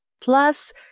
plus